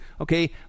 Okay